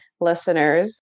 listeners